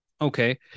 okay